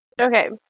Okay